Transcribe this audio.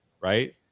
Right